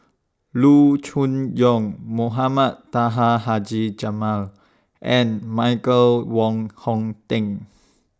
Loo Choon Yong Mohamed Taha Haji Jamil and Michael Wong Hong Teng